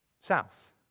south